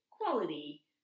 quality